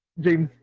the